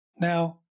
Now